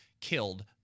killed